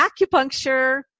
acupuncture